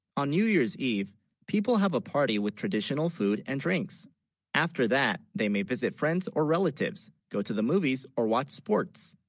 on new? year's eve people have a party with traditional food and drinks after that they may, visit friends or relatives go to the movies or watch sports